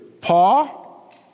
Paul